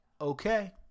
okay